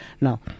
now